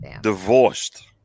Divorced